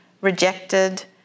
rejected